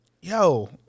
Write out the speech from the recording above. yo